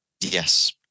Yes